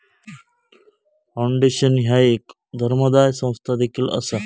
foundation ह्या एक धर्मादाय संस्था देखील असा